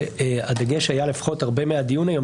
שהדגש היה לפחות הרבה מהדיון היום,